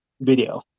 video